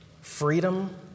Freedom